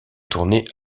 tourné